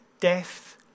death